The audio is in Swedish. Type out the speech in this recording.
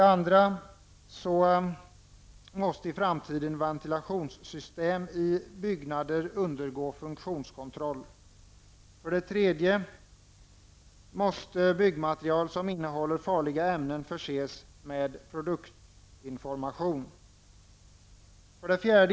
Ventilationssystem i byggnader måste i framtiden undergå funktionskontroll. 3. Byggmateriel som innehåller farliga ämnen måste förses med produktinformation. 4.